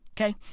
okay